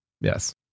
Yes